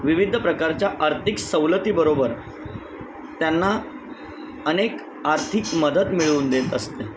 विविध प्रकारच्या आर्थिक सवलतीबरोबर त्यांना अनेक आर्थिक मदत मिळवून देत असते